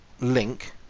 link